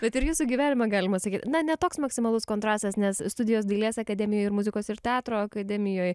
bet ir jūsų gyvenimą galima sakyt na ne toks maksimalus kontrastas nes studijos dailės akademijoj ir muzikos ir teatro akademijoj